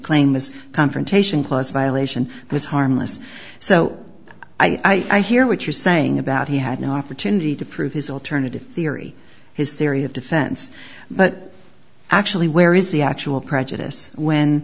claim this confrontation clause violation was harmless so i hear what you're saying about he had an opportunity to prove his alternative theory his theory of defense but actually where is the actual prejudice when